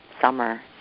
summer